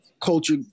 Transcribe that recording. culture